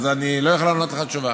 אז אני לא יכול לענות לך תשובה.